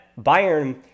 Bayern